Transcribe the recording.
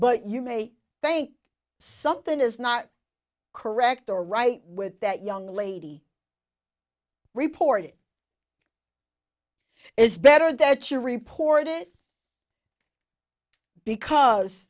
but you may think something is not correct or right with that young lady report it is better that you report it because